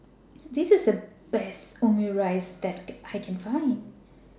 This IS The Best Omurice that I Can Find